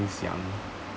young